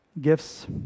gifts